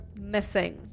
missing